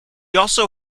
also